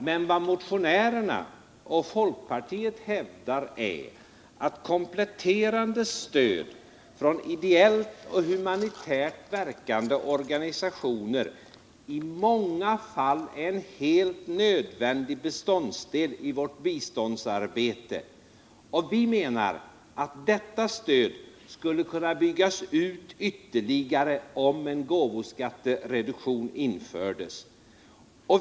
Men vad motionärerna och folkpartiet hävdar är att kompletterande stöd från ideellt och humanitärt verkande organisationer i många fall är ett helt nödvändigt inslag i vårt biståndsarbete, och vi menar att detta stöd skulle kunna byggas ut ytterligare, om en gåvoskattereduktion infördes.